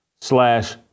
slash